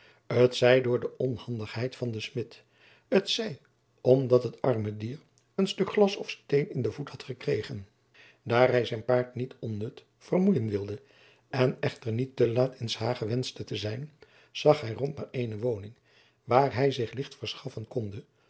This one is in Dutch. t zij door de onhandigheid van den smid t zij omdat het arme dier een stuk glas of steen in den voet had gekregen daar hij zijn paard niet onnut vermoeien wilde en echter niet te laat in s hage wenschte te zijn zag hij rond naar eene woning waar hij zich licht verschaffen konde